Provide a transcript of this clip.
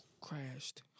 crashed